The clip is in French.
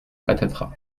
patatras